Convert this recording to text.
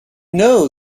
know